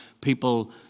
people